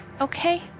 Okay